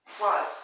Plus